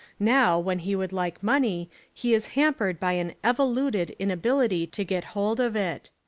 now when he would like money he is hampered by an evoluted inabil ity to get hold of it.